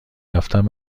رفتن